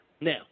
Now